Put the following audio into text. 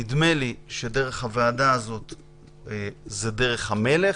נדמה לי שדרך הוועדה הזאת היא דרך המלך,